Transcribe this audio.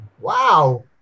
Wow